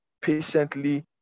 patiently